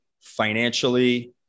financially